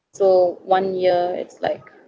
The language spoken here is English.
so one year it's like